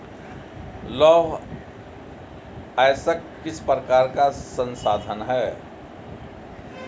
लौह अयस्क किस प्रकार का संसाधन है?